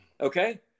okay